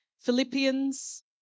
Philippians